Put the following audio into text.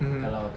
mmhmm